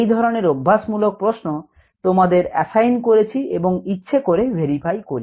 এই ধরনের অভ্যাস মূলক প্রশ্ন তোমাদের অ্যাসাইন করেছি এবং ইচ্ছে করে ভেরিফাই করিনি